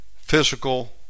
physical